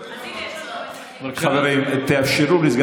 זה תלוי במועצה,